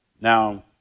Now